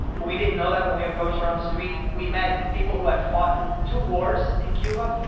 we didn't know that when we approached her on the street we met people who had fought in two wars in cuba.